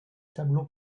tableaux